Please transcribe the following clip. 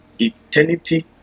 eternity